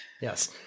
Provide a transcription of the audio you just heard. Yes